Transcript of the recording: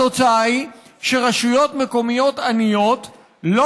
התוצאה היא שרשויות מקומיות עניות לא